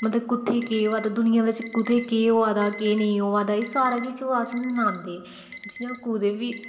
मतलब कुत्थै केह् होआ दा दुनिया बिच्च कुत्थें केह् होआ दा केह् नेईं होआ दे ऐ सारा किश ओह् असेंगी सनांदे जियां कुतै बी